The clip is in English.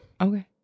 okay